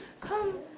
Come